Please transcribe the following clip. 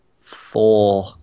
Four